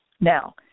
Now